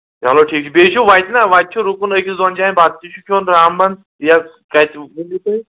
چلو ٹھیٖک چھُ بیٚیہِ چھُ وَتہِ نا وَتہِ چھُ رُکُن أکِس دۄن جایَن بَتہٕ تہِ چھُ کھیوٚن رامبد یا کَتہِ ؤنِو تُہۍ